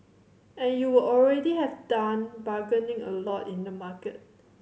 and you would already have done bargaining a lot in the market